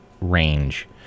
range